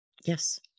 Yes